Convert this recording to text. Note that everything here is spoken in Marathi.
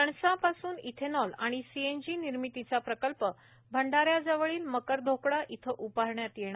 तणसापासून इथेनॉल आणि सीएनजी निर्मितीचा प्रकल्प भंडाऱ्याजवळील मकरघोकडा इथं उमारण्यात येणार